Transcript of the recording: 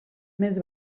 més